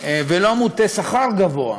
ולא מוטי שכר גבוה,